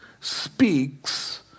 speaks